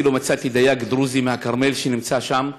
אפילו מצאתי דייג דרוזי מהכרמל, שנמצא שם,